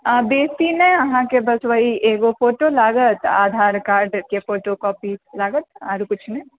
आ बेसी नहि अहाँकेँ बस ओएह एगो फोटो लागत आधार कार्डके फोटो कॉपी लागत आरो किछु नहि